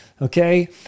Okay